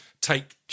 take